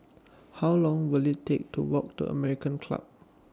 How Long Will IT Take to Walk to American Club